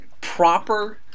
proper